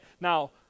Now